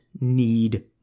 need